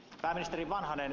pääministeri vanhanen